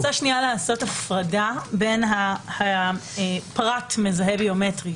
אני רוצה שנייה לעשות הפרדה בין הפרט "מזהה ביומטרי",